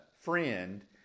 friend